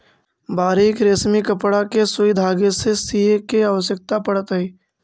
बारीक रेशमी कपड़ा के सुई धागे से सीए के आवश्यकता पड़त हई